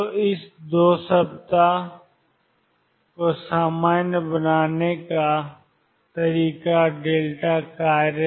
तो इस 2 सप्ताह को सामान्य बनाने का तरीका कार्य